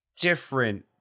different